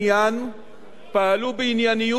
פעלו בענייניות וברצינות.